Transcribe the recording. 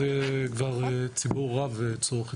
אלא קורסים שנותנים לנו שער לתעסוקה,